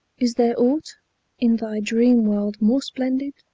is there aught in thy dream-world more splendid,